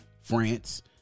France